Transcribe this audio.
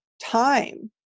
time